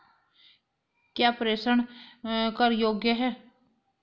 क्या प्रेषण कर योग्य हैं?